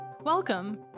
Welcome